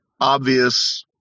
obvious